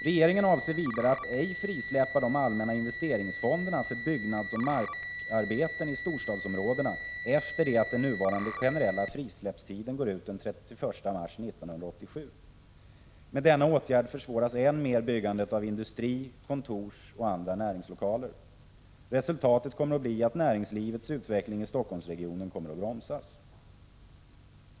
Regeringen avser vidare att ej frisläppa de allmänna investeringsfonderna för byggnadsoch markarbeten i storstadsområdena efter det att den nuvarande generella frisläppstiden går ut den 31 mars 1987. Med denna åtgärd försvåras än mer byggandet av industri-, kontorsoch andra näringslokaler. Resultatet kommer att bli att näringslivets utveckling i Stockholmsregionen kommer att bromsas.